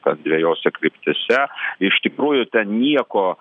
kas dvejose kryptyse iš tikrųjų ten nieko